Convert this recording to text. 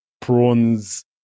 prawns